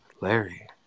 Larry